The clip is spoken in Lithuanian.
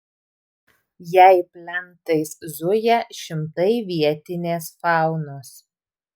jei plentais zuja šimtai vietinės faunos